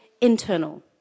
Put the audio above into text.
internal